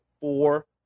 four